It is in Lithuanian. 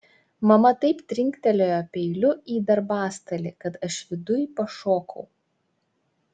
mama taip trinktelėjo peiliu į darbastalį kad aš viduj pašokau